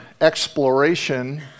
exploration